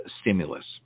stimulus